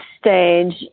stage